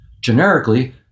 generically